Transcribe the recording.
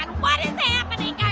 what is happening,